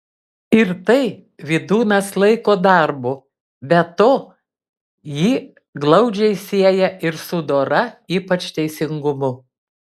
ir tai vydūnas laiko darbu be to jį glaudžiai sieja ir su dora ypač teisingumu